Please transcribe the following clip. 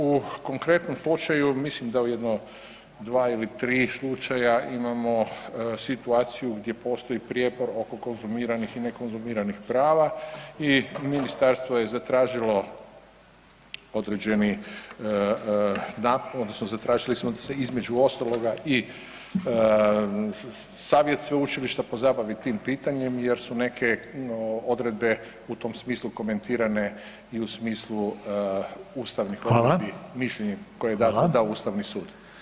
U konkretnom slučaju mislim da u jedno 2 ili 3 slučaja imamo situaciju gdje postoji prijepor oko konzumiranih i nekonzumiranih prava i ministarstvo je zatražilo određeni odnosno zatražili smo da se između ostaloga i savjet sveučilišta pozabavi tim pitanjem jer su neke odredbe u tom smislu komentirane i u smislu ustavnih odredbi [[Upadica: Hvala]] mišljenje koje je dao ustavni sud.